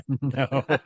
No